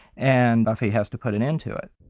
and buffy has to put an end to it.